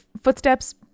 footsteps